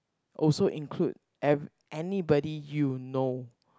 also include ev~ anybody you know